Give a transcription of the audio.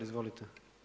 Izvolite.